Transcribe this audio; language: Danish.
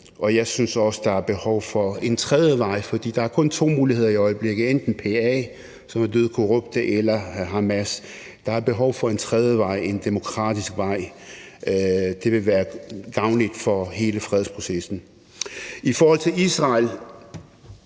Jeg synes også, der er behov for en tredje vej, for der er kun to muligheder i øjeblikket, nemlig enten PA, som er dødkorrupte, eller Hamas, og der er behov for en tredje vej, en demokratisk vej. Det vil være gavnligt for hele fredsprocessen. I forhold til Israel